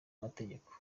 amategeko